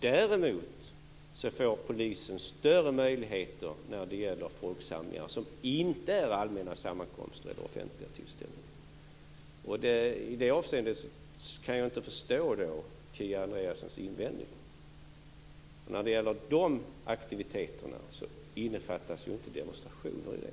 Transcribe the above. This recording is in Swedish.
Däremot får polisen större möjligheter när det gäller folksamlingar som inte är allmänna sammankomster eller offentliga tillställningar. I det avseendet kan jag inte förstå Kia Andreassons invändningar. När det gäller de aktiviteterna innefattas ju inte demonstrationer i det.